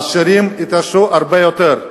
העשירים יתעשרו הרבה יותר,